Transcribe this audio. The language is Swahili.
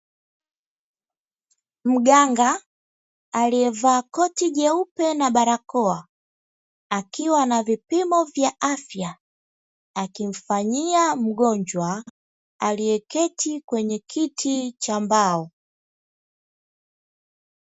Mganga aliyevaa koti jeupe na barakoa akiwa na vipimo vya afya, akimfanyia mgonjwa aliye keti kwenye kiti cha mbao.